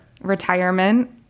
retirement